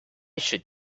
should